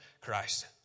Christ